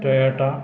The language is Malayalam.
ടൊയോട്ട